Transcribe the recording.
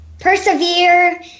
persevere